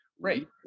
Right